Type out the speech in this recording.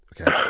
Okay